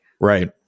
right